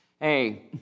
Hey